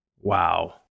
Wow